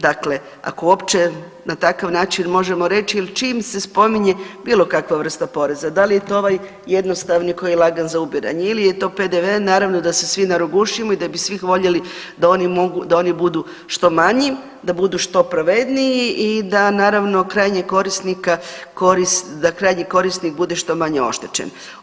Dakle, ako uopće na takav način možemo reći ili čim se spominje bilo kakva vrsta poreza, da li je to ovaj jednostavni koji je lagan za ubiranje ili je to PDV naravno da se svi narogušimo i da bi svi voljeli da oni budu što manji, da budu što pravedniji i da naravno da krajnji korisnik bude što manje oštećen.